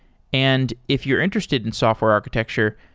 and if you're interested in software architecture,